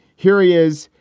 here he is.